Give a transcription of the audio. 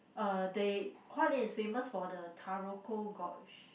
uh they Hua-Lian is famous for the Taroko Gorge